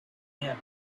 him